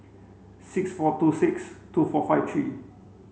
six four two six two four five three